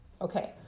Okay